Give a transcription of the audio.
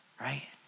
right